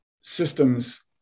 systems